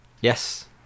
Yes